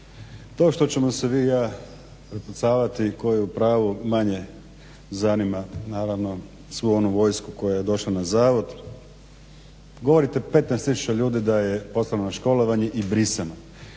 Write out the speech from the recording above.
To što ćemo se vi i ja prepucavati tko je u pravu manje zanima naravno svu onu vojsku koja je došla na zavod, govorite 15 tisuća ljudi da je poslano na školovanje i brisano.